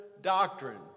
doctrine